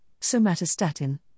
somatostatin